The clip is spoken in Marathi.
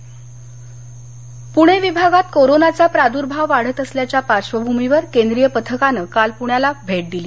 केन्द्रीय पथक पुणे विभागात कोरोनाचा प्रादूर्भाव वाढत असल्याच्या पार्श्वभूमीवर केंद्रीय पथकानं काल पुण्याला भेट दिली